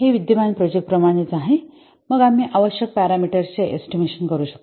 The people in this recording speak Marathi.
हे विद्यमान प्रोजेक्ट प्रमाणेच आहे मग आम्ही आवश्यक पॅरामीटर्स चे एस्टिमेशन करू शकतो